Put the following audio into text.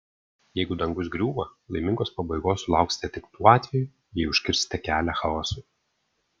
jeigu dangus griūva laimingos pabaigos sulauksite tik tuo atveju jei užkirsite kelią chaosui